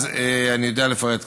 אני יודע לפרט כך: